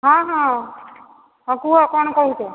ହଁ ହଁ ହଁ କୁହ କ'ଣ କହୁଛ